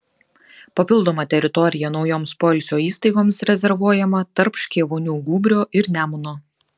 papildoma teritorija naujoms poilsio įstaigoms rezervuojama tarp škėvonių gūbrio ir nemuno